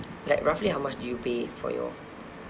like roughly how much do you pay for your